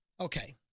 Okay